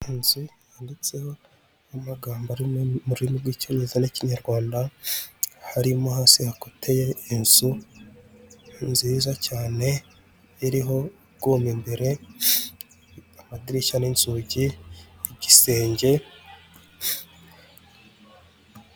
Iyi nzu yanditseho n'amagambo ari mu rurimi rw' icyongereza niki n’ ikinyarwanda, harimo hasi hakoteye inzu nziza cyane iriho urwuma imbere amadirishya, n'inzugi igisenge.